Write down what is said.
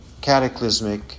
cataclysmic